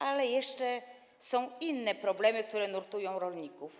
Ale są jeszcze inne problemy, które nurtują rolników.